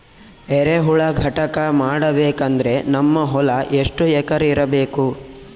ಎರೆಹುಳ ಘಟಕ ಮಾಡಬೇಕಂದ್ರೆ ನಮ್ಮ ಹೊಲ ಎಷ್ಟು ಎಕರ್ ಇರಬೇಕು?